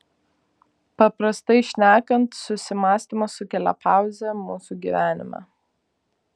paprastai šnekant susimąstymas sukelia pauzę mūsų gyvenime